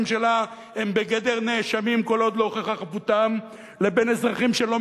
שלה הם בגדר נאשמים כל עוד לא הוכחה חפותם לבין אזרחים שלא